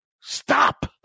Stop